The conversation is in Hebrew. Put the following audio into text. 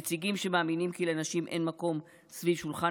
נציגים שמאמינים כי לנשים אין מקום סביב שולחן